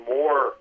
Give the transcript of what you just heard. more